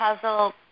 puzzle